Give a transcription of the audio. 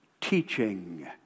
teaching